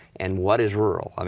and what is rural. um